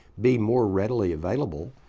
be more readily available,